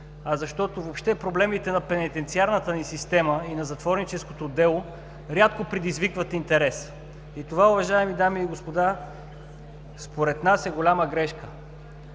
а защото въобще проблемите на пенитенциарната ни система и на затворническото дело рядко предизвикват интерес. И това, уважаеми дами и господа, според нас е голяма грешка.